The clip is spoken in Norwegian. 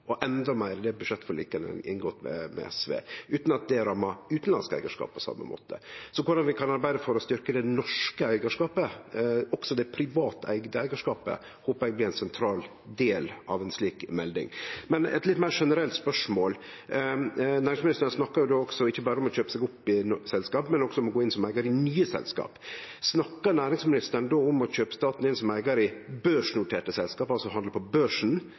og endå meir i det budsjettforliket ein har inngått med SV, utan at det rammar utanlandsk eigarskap på same måte. Korleis vi kan arbeide for å styrkje det norske eigarskapet, også det privat eigde eigarskapet, håpar eg blir ein sentral del av ei slik melding. Eit meir generelt spørsmål: Næringsministeren snakka ikkje berre om å kjøpe seg opp i selskap, men også om å gå inn som eigar i nye selskap. Snakkar næringsministeren då om å kjøpe staten inn som eigar i børsnoterte selskap, altså handle på børsen,